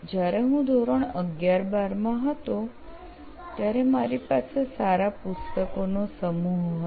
જયારે હું ધોરણ 11 12 માં હતો ત્યારે મારી પાસે સારા પુસ્તકોનો સમૂહ હતો